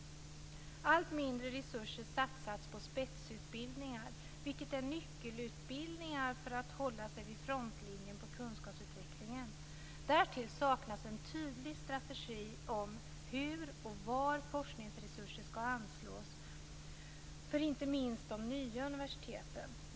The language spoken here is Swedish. Allt mindre resurser satsas på spetsutbildningar. Detta är nyckelutbildningar för att hålla sig i frontlinjen på kunskapsutvecklingen. Därtill saknas en tydlig strategi om hur och var forskningsresurser skall anslås för inte minst de nya universiteten.